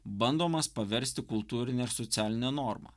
bandomas paversti kultūrine ir socialine norma